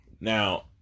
Now